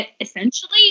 essentially